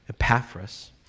Epaphras